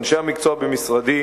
אנשי המקצוע במשרדי,